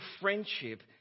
friendship